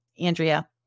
Andrea